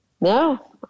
No